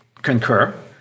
concur